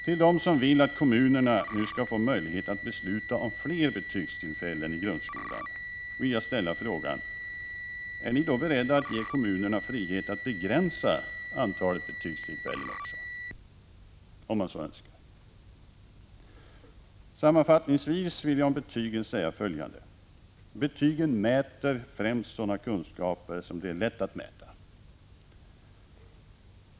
Till dem som vill att kommunerna nu skall få möjlighet att besluta om fler betygstillfällen i grundskolan vill jag ställa frågan: Är ni då beredda att ge kommunerna frihet att också begränsa antalet betygstillfällen, om man så önskar? Sammanfattningsvis vill jag om betyg säga följande: Betygen mäter främst sådana kunskaper som det är lätt att mäta.